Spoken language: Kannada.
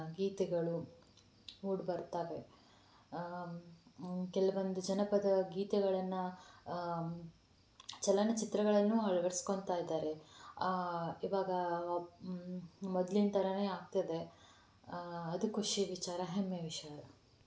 ಗೀತೆಗಳು ಮೂಡಿಬರ್ತಾವೆ ಕೆಲವೊಂದು ಜನಪದ ಗೀತೆಗಳನ್ನು ಚಲನಚಿತ್ರಗಳನ್ನು ಅಳ್ವಡ್ಸ್ಕೋತಾ ಇದ್ದಾರೆ ಇವಾಗ ಮು ಮೊದ್ಲಿನ ಥರವೆ ಆಗ್ತದೆ ಅದು ಖುಷಿಯ ವಿಚಾರ ಹೆಮ್ಮೆಯ ವಿಷಯ